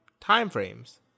timeframes